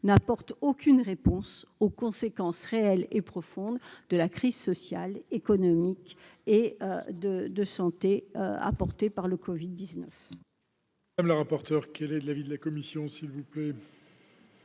n'apporte aucune réponse aux conséquences réelles et profondes de la crise sociale, économique et de santé liée au Covid-19.